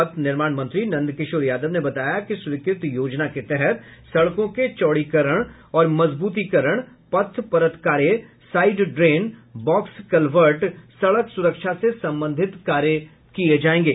पथ निर्माण मंत्री नंदकिशोर यादव ने बताया कि स्वीकृत योजना के तहत सड़कों के चौड़ीकरण और मजबूतीकरण पथ परत कार्य साईड ड्रेन बॉक्स कल्भर्ट सड़क सुरक्षा से संबंधित कार्य किये जायेंगे